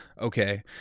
okay